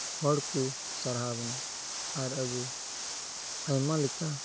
ᱦᱚᱲ ᱠᱚ ᱥᱟᱨᱦᱟᱣ ᱵᱚᱱᱟ ᱟᱨ ᱟᱵᱚ ᱟᱭᱢᱟ ᱞᱮᱠᱟ